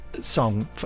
Song